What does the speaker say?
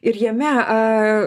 ir jame